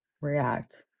react